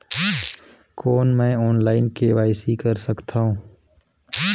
कौन मैं online KYC कर सकथव?